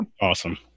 awesome